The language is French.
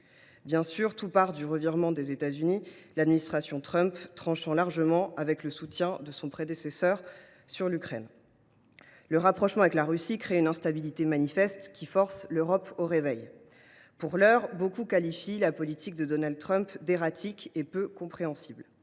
Bien sûr, tout part du revirement des États Unis, la position de l’administration de M. Trump tranchant largement avec le soutien de son prédécesseur à l’Ukraine. Le rapprochement avec la Russie crée une instabilité manifeste, qui force l’Europe au réveil. Pour l’heure, beaucoup jugent la politique de Donald Trump erratique et peu compréhensible.